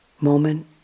moment